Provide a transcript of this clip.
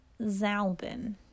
Zalbin